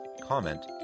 comment